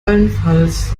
allenfalls